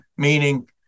Meaning